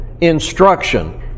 instruction